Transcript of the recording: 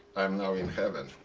i'm now in heaven.